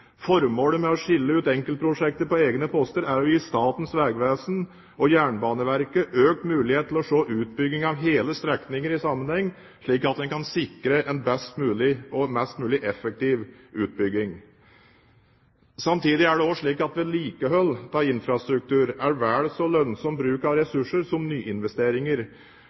Formålet med å skille ut enkeltprosjekter på egne poster er å gi Statens vegvesen og Jernbaneverket økt mulighet til å se utbygging av hele strekninger i sammenheng, slik at man kan sikre en mest mulig effektiv utbygging. Samtidig er det slik at vedlikehold av infrastrukturen kan være en vel så lønnsom bruk av ressurser som nyinvesteringer.